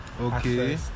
Okay